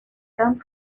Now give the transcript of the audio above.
come